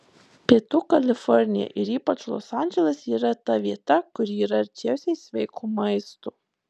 pietų kalifornija ir ypač los andželas yra ta vieta kuri yra arčiausiai sveiko maisto